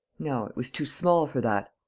no, it was too small for that.